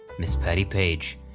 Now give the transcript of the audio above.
miss patti page.